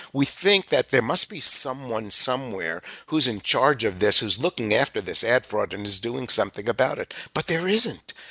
we think that there must be someone somewhere somewhere who's in charge of this, who's looking after this ad fraud and is doing something about it, but there isn't.